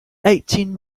eighteen